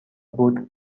بود